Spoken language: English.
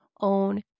own